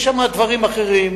יש שם דברים אחרים,